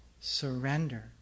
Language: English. Surrender